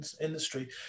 industry